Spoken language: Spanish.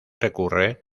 recurre